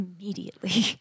immediately